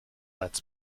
lets